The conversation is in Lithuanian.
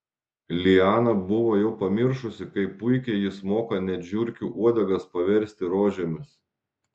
liana buvo jau pamiršusi kaip puikiai jis moka net žiurkių uodegas paversti rožėmis